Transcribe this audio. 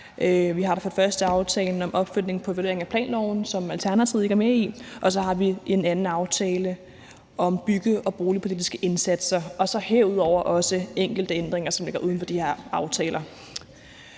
Vi har for det første aftalen om opfølgning på evaluering af planloven, som Alternativet ikke er med i, og for det andet aftalen om bygge- og boligpolitiske indsatser, og herudover er der enkelte ændringer, som ligger uden for de her aftaler.